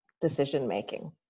decision-making